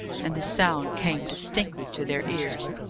and the sound came distinctly to their ears,